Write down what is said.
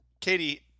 Katie